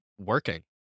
working